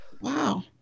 Wow